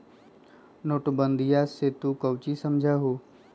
नोटबंदीया से तू काउची समझा हुँ?